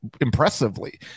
impressively